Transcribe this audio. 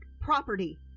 property